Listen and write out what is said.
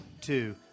Two